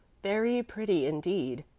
very pretty indeed,